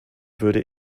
würde